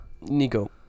Nico